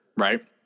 right